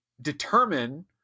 determine